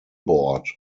board